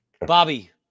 Bobby